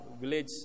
village